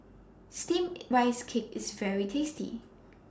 Steamed Rice Cake IS very tasty